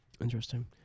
interesting